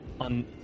on